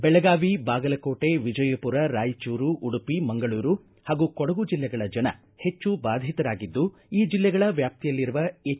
ಮಳೆ ಹಾಗೂ ನೆರೆ ಹಾವಳಿಯಿಂದ ಬೆಳಗಾವಿ ಬಾಗಲಕೋಟೆ ವಿಜಯಪುರ ರಾಯಚೂರು ಉಡುಪಿ ಮಂಗಳೂರು ಹಾಗೂ ಕೊಡಗು ಜಿಲ್ಲೆಗಳ ಜನ ಹೆಚ್ಚು ಬಾಧಿತರಾಗಿದ್ದು ಈ ಜಿಲ್ಲೆಗಳ ವ್ಯಾಪ್ತಿಯಲ್ಲಿರುವ ಎಚ್